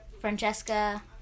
Francesca